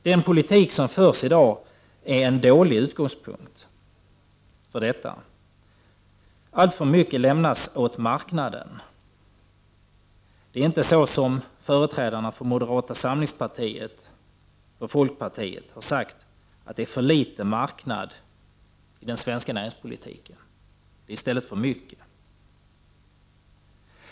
Den politik som förs i dag är en dålig utgångspunkt för detta. Alltför mycket lämnas åt marknaden. Det är inte som företrädarna för moderata samlingspartiet och för folkpartiet har sagt, att det är för litet marknadsekonomi i den svenska näringspolitiken, utan det är i stället för mycket.